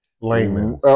laymen